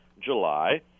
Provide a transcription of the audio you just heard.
July